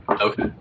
Okay